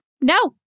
No